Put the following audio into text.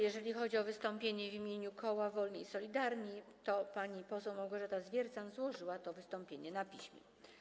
Jeżeli chodzi o wystąpienie w imieniu koła Wolni i Solidarni, to pani poseł Małgorzata Zwiercan złożyła to wystąpienie na piśmie.